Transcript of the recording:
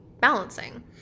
balancing